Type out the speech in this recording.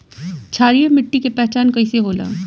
क्षारीय मिट्टी के पहचान कईसे होला?